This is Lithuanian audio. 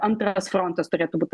antras frontas turėtų būt